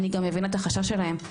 אני גם מבינה את החשש שלהם,